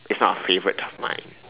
it's not a favourite of mine